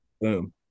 boom